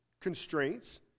constraints